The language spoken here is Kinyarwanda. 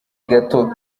gato